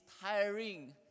tiring